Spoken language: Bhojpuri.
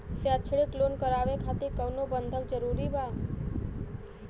शैक्षणिक लोन करावे खातिर कउनो बंधक जरूरी बा?